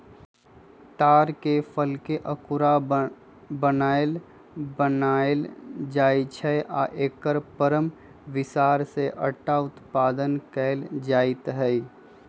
तार के फलके अकूरा बनाएल बनायल जाइ छै आ एकर परम बिसार से अटा उत्पादन कएल जाइत हइ